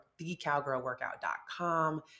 thecowgirlworkout.com